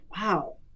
Wow